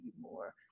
more